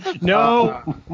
No